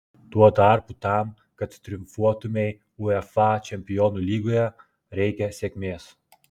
tuo tarpu tam kad triumfuotumei uefa čempionų lygoje reikia sėkmės